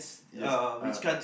yes uh